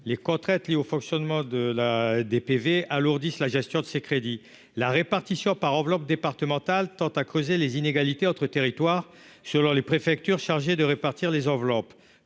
les contraintes liées au fonctionnement de la DPV alourdissent la gestion de ces crédits, la répartition par enveloppes départementales tente à creuser les inégalités entre territoires selon les préfectures chargées de répartir les enveloppes